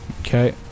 Okay